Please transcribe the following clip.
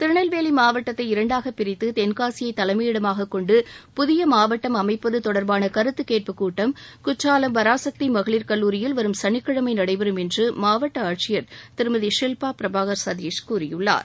திருநெல்வேலி மாவட்டத்தை இரண்டாகப் பிரித்து தென்காசியை தலைமையிடமாகக் கொண்டு புதிய மாவட்டம் அமைப்பது தொடர்பான கருத்து கேட்புக் கூட்டம் குற்றாலம் பராசக்தி மகளிர் கல்லூரியில் வரும் சனிக்கிழமை நடைபெறும் என்று மாவட்ட ஆட்சியர் திருமதி ஷிவ்பா பிரபாகர் சதீஷ் கூறியுள்ளார்